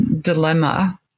dilemma